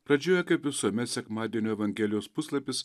pradžioje kaip visuomet sekmadienio evangelijos puslapis